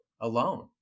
alone